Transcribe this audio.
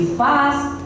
fast